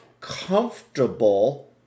comfortable